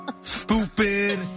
stupid